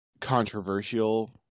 controversial